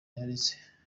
yanditse